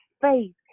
faith